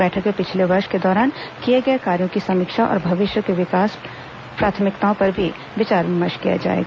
बैठक में पिछले वर्ष के दौरान किए गए कार्यों की समीक्षा और भविष्य की विकास प्राथमिकताओं पर भी विचार विमर्श किया जाएगा